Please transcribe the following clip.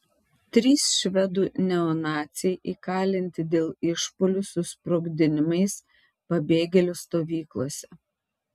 trys švedų neonaciai įkalinti dėl išpuolių su sprogdinimais pabėgėlių stovyklose